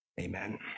Amen